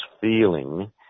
feeling